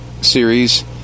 series